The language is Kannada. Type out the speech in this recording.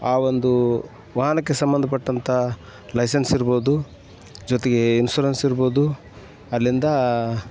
ಆ ಒಂದು ವಾಹನಕ್ಕೆ ಸಂಬಂಧಪಟ್ಟಂತಹ ಲೈಸೆನ್ಸ್ ಇರ್ಬೋದು ಜೊತೆಗೆ ಇನ್ಶುರೆನ್ಸ್ ಇರ್ಬೋದು ಅಲ್ಲಿಂದ